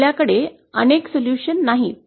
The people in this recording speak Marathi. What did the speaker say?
आपल्याकडे अनेक उपाय नाहीत